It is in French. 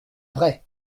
vrai